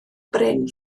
bryn